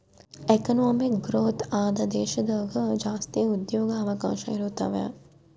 economic growth ಆದ ದೇಶದಾಗ ಜಾಸ್ತಿ ಉದ್ಯೋಗವಕಾಶ ಇರುತಾವೆ